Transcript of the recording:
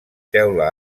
teula